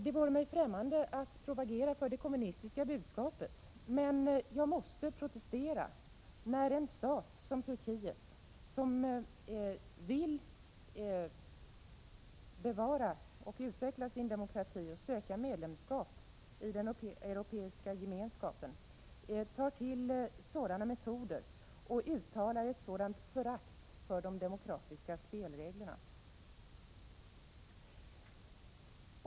Det vare mig främmande att propagera för det kommunistiska budskapet, men jag måste protestera när en stat som Turkiet, som vill bevara och utveckla sin demokrati och söka medlemskap i den europeiska gemenskapen, tar till sådana metoder och uttalar ett sådant förakt för de demokratiska spelreglerna.